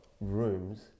rooms